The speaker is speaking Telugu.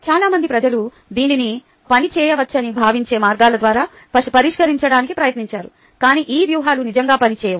చాలా మంది ప్రజలు దీనిని పని చేయవచ్చని భావించే మార్గాల ద్వారా పరిష్కరించడానికి ప్రయత్నించారు కాని ఈ వ్యూహాలు నిజంగా పనిచేయవు